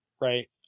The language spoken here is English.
right